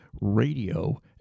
radio